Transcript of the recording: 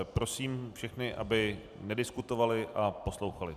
Prosím všechny, aby nediskutovali a poslouchali.